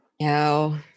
No